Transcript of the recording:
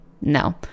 No